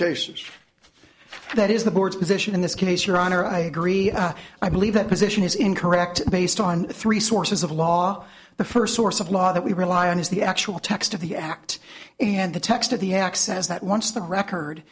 cases if that is the board's position in this case your honor i agree i believe that position is incorrect based on three sources of law the first source of law that we rely on is the actual text of the act and the text of the access that once the record